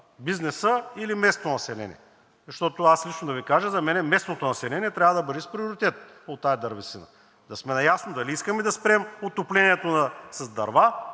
бизнесът, или местното население?! Да Ви кажа, за мен лично местното население трябва да бъде с приоритет от тази дървесина и да сме наясно дали искаме да спрем отоплението с дърва,